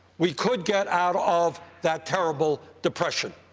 we could get out of that terrible depression.